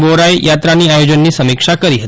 વોરાએ યાત્રાની આયોજનની સમીક્ષા કરી હતી